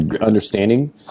understanding